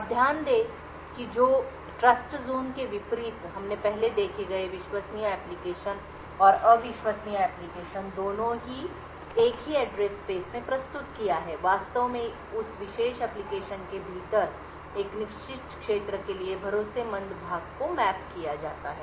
अब ध्यान दें कि ट्रस्टजोन के विपरीत हमने पहले देखे गए विश्वसनीय एप्लिकेशन और अविश्वसनीय एप्लिकेशन दोनों को एक ही एड्रेस स्पेस में प्रस्तुत किया है वास्तव में उस विशेष एप्लिकेशन के भीतर एक निश्चित क्षेत्र के लिए भरोसेमंद भाग को मैप किया जाता है